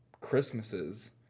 Christmases